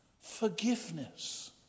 forgiveness